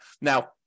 now